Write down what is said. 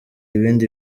ibindi